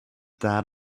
that